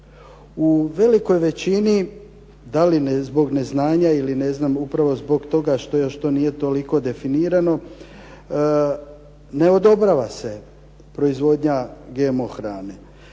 U velikoj većini da li zbog neznanja ili ne znam upravo zbog toga što još to nije toliko definirano ne odobrava se proizvodnja GMO hrane.